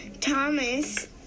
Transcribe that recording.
Thomas